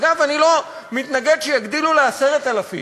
אגב, אני לא מתנגד שיגדילו ל-10,000,